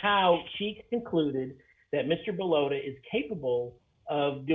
how she concluded that mr billow to is capable of